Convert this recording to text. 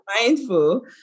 mindful